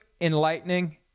enlightening